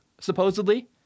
supposedly